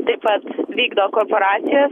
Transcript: taip pat vykdo korporacijos